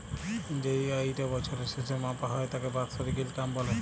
যেই আয়িটা বছরের শেসে মাপা হ্যয় তাকে বাৎসরিক ইলকাম ব্যলে